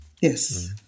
Yes